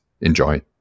Enjoy